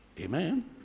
Amen